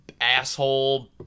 asshole